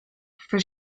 for